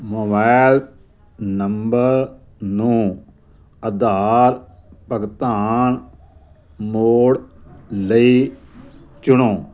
mobile number ਨੂੰ ਉਧਾਰ ਭੁਗਤਾਨ ਮੋਡ ਲਈ ਚੁਣੋ